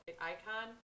icon